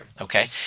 okay